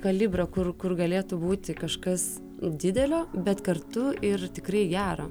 kalibrą kur kur galėtų būti kažkas didelio bet kartu ir tikrai gero